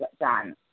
done